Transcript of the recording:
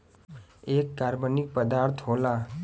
एक कार्बनिक पदार्थ होला